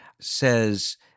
says